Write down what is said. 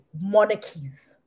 monarchies